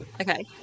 Okay